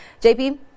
JP